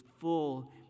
full